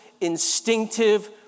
instinctive